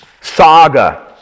saga